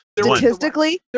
statistically